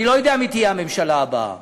אני לא יודע מי תהיה הממשלה הבאה,